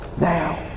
Now